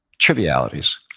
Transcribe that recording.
trivialities.